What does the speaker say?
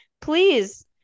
Please